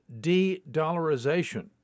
de-dollarization